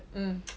mm